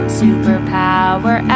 superpower